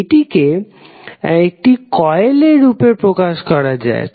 একটি একটি কয়েলের রূপে প্রকাশ করা যায়